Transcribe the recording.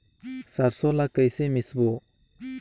सरसो ला कइसे मिसबो?